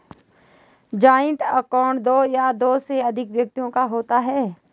joint account दो या दो से अधिक व्यक्तियों का होता है